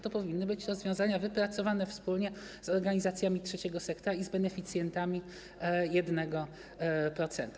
To powinny być rozwiązania wypracowane wspólnie z organizacjami trzeciego sektora i beneficjentami 1%.